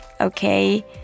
Okay